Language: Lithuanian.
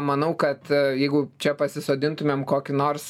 manau kad jeigu čia pasisodintumėm kokį nors